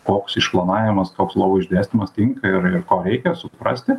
koks išplanavimas koks lovų išdėstymas tinka ir ir ko reikia suprasti